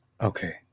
Okay